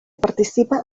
participa